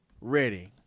ready